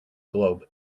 globe